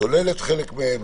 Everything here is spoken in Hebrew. שוללת חלק מהם,